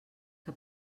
que